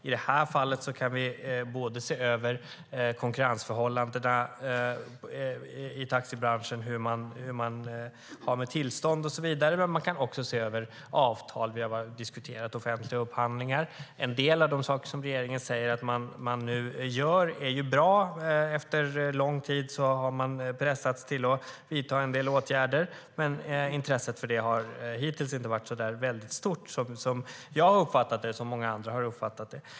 I detta fall kan man se över konkurrensförhållandena i taxibranschen och hur man har det med tillstånd och så vidare, men man kan också se över avtal. Vi har diskuterat offentliga upphandlingar. En del av de saker som regeringen nu säger att den gör är bra. Efter lång tid har den pressats till att vidta en del åtgärder. Men intresset för det har hittills inte varit så stort, som jag och många andra har uppfattat det.